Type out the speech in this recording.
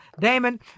Damon